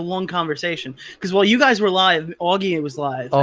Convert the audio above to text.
long conversation because while you guys were live, augie was live oh